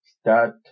Start